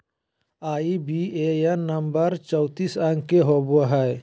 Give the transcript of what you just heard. IBAN number चौतीस अंक के होवो हय